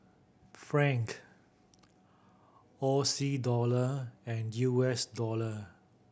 Franc O C Dollar and U S Dollar